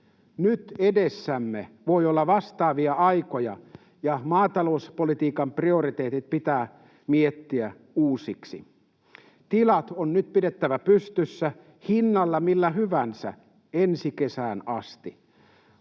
Nyt edessämme voi olla vastaavia aikoja ja maatalouspolitiikan prioriteetit pitää miettiä uusiksi. Tilat on nyt pidettävä pystyssä hinnalla millä hyvänsä ensi kesään asti.